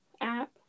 app